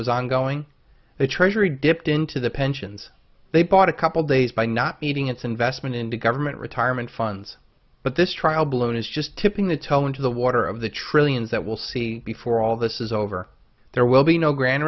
was ongoing the treasury dipped into the pensions they bought a couple days by not eating its investment into government retirement funds but this trial balloon is just tipping the toe into the water of the trillions that will see before all this is over there will be no grand